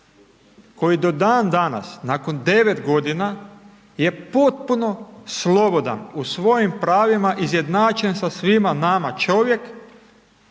koji do dan danas nakon 9 godina je potpuno slobodan, u svojim pravima izjednačen sa svima nama, čovjek